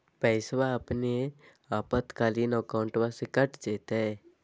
पैस्वा अपने आपातकालीन अकाउंटबा से कट जयते?